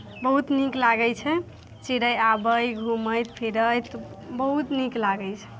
बहुत नीक लागैत छै चिड़ै आबैत घूमैत फिरैत बहुत नीक लागैत छै